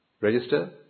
register